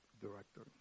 director